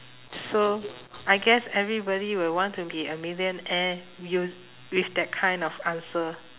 so I guess everybody will want to be a millionaire us~ with that kind of answer